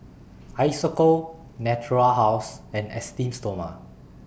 Isocal Natura House and Esteem Stoma